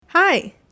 Hi